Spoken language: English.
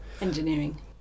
engineering